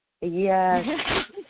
Yes